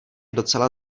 docela